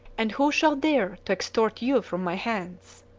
and who shall dare to extort you from my hands?